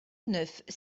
neuf